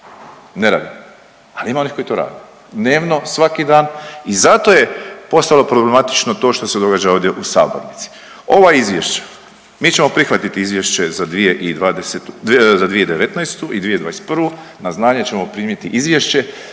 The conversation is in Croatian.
Ne rade. Ali ima onih koji to rade dnevno, svaki dan i zato je postalo problematično to što se događa ovdje u sabornici. Ova Izvješća, mi ćemo prihvatiti Izvješće za 2019. i 2021. Na znanje ćemo primiti Izvješće